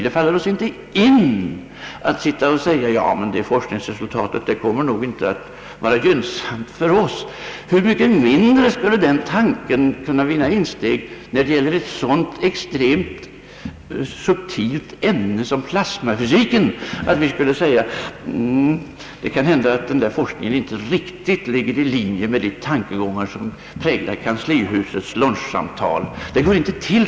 Det faller oss inte in att säga: Ja, men det forskningsresultatet kommer nog inte att vara gynnsamt för oss. Och hur mycket mindre skulle den tanken kunna vinna insteg när det gäller ett så extremt subtilt ämne som plasmafysiken! Det går inte till så, herr Wallmark, att vi säger: Det kan hända att denna forskning inte riktigt ligger i linje med de tankegångar som präglar kanslihusets lunchsamtal.